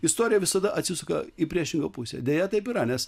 istorija visada atsisuka į priešingą pusę deja taip yra nes